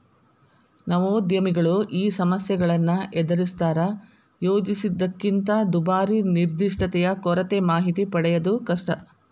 ನವೋದ್ಯಮಿಗಳು ಈ ಸಮಸ್ಯೆಗಳನ್ನ ಎದರಿಸ್ತಾರಾ ಯೋಜಿಸಿದ್ದಕ್ಕಿಂತ ದುಬಾರಿ ನಿರ್ದಿಷ್ಟತೆಯ ಕೊರತೆ ಮಾಹಿತಿ ಪಡೆಯದು ಕಷ್ಟ